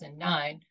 2009